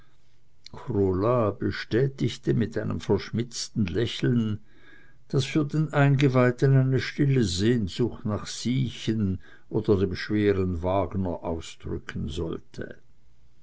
bestätigte mit einem verschmitzten lächeln das für den eingeweihten eine stille sehnsucht nach siechen oder dem schweren wagner ausdrücken sollte